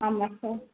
ஆமாம் சார்